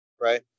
right